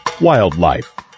wildlife